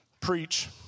preach